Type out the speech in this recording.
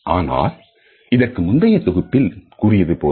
ஆனால் இதற்கு முந்தைய தொகுப்பில் கூறியதுபோல